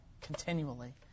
continually